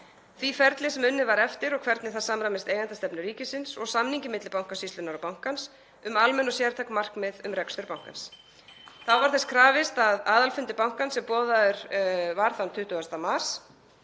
því ferli sem unnið var eftir og hvernig það samræmist eigendastefnu ríkisins og samningi milli Bankasýslunnar og bankans um almenn og sértæk markmið um rekstur bankans. Þá var þess krafist að aðalfundi bankans, sem boðaður var þann 20. mars,